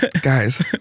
Guys